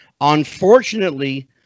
Unfortunately